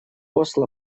осло